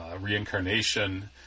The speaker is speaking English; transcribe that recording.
reincarnation